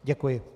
Děkuji.